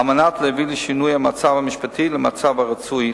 מנת להביא לשינוי המצב המשפטי למצב הרצוי.